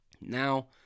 Now